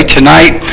Tonight